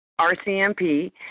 RCMP